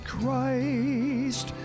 Christ